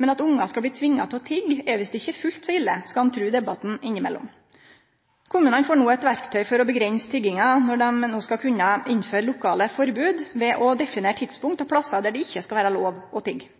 Men at ungar skal bli tvinga til å tigge, er visst ikkje fullt så ille, skal ein tru debatten innimellom. Kommunane får eit nytt verktøy for å avgrense tigginga når dei no skal kunne innføre lokale forbod – ved å definere tidspunkt og plassar der det ikkje skal vere lov å tigge.